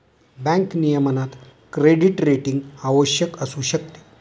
bank नियमनात credit rating आवश्यक असू शकते